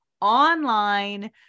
online